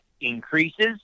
increases